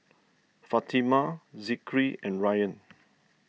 Fatimah Zikri and Ryan